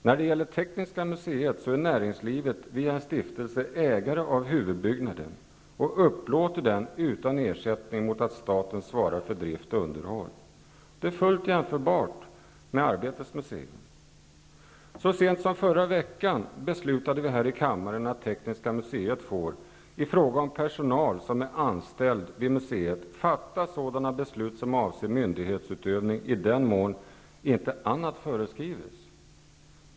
När det gäller Tekniska museet är näringslivet via en stiftelse ägare till huvudbyggnaden och upplåter den utan ersättning mot att staten svarar för drift och underhåll. Det är fullt jämförbart med Så sent som förra veckan beslutade vi här i kammaren att Tekniska museet får i fråga om personal som är anställd vid museet fatta sådana beslut som avser myndighetsutövning i den mån inte annat är föreskrivet.